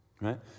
right